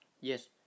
yes